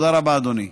תודה רבה, אדוני.